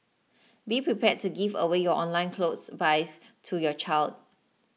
be prepared to give away your online clothes buys to your child